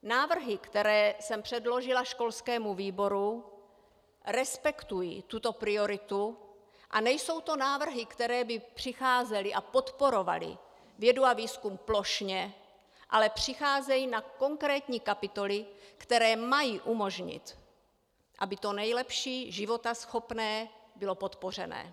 Návrhy, které jsem předložila školskému výboru, respektují tuto prioritu a nejsou to návrhy, které by přicházely a podporovaly vědu a výzkum plošně, ale přicházejí na konkrétní kapitoly, které mají umožnit, aby to nejlepší životaschopné bylo podpořeno.